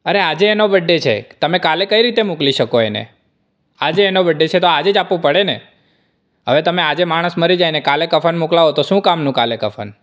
અરે આજે એનો બડ્ડે છે તમે કાલે કઈ રીતે મોકલી શકો એને આજે એનો બડ્ડે છે તો આજે જ આપવું પડે ને હવે તમે આજે માણસ મારી જાય ને કાલે કફન મોકલાવો તો શું કામનું કફન